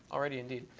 alrighty indeed.